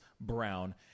Brown